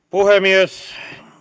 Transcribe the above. puhemies